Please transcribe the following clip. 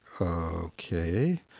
okay